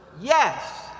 Yes